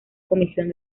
comisión